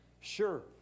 Sure